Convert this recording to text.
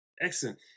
Excellent